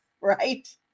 right